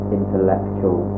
intellectual